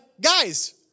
guys